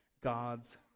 God's